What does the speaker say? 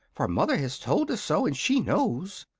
for mother has told us so, and she knows.